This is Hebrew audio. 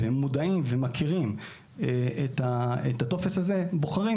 והם מודעים ומכירים את הטופס הזה בוחרים